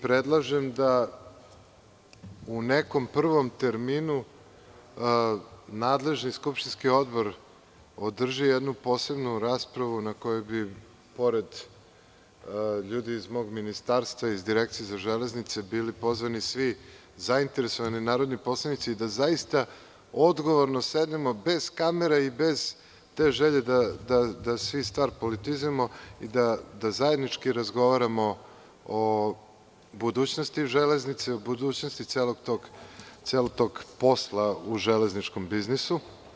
Predlažem da u nekom prvom terminu nadležni skupštinski odbor održi jednu posebnu raspravu na kojoj bi pored ljudi iz mog ministarstva i Direkcije za železnice bili pozvani svi zainteresovani narodni poslanici, da zaista odgovorno sednemo, bez kamera i bez te želje da stvar politizujemo i da zajednički razgovaramo o budućnosti železnice, o budućnosti celog tog posla u železničkom biznisu.